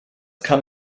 kann